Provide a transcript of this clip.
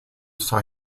saw